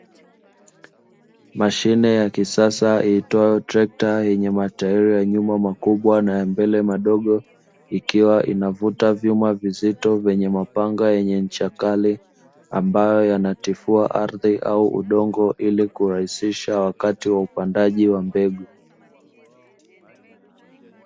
Mashine ya kisasa iitwayo trekta, yenye matairi ya nyuma makubwa na ya mbele madogo, ikiwa inavuta vyuma vizito vyenye mapanga yenye ncha kali ambayo yanatifua ardhi au udongo ili kurahisisha wakati wa upandaji wa mbegu.